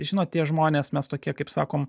žinot tie žmonės mes tokie kaip sakom